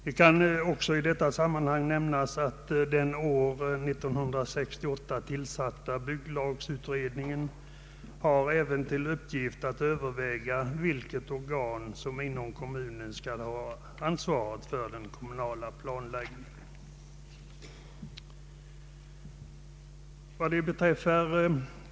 Det kan i detta sammanhang nämnas att den år 1968 tillsatta bygglagutredningen även har till uppgift att överväga vilket organ som inom kommunerna skall ha huvudansvaret för den kommunala planläggningen.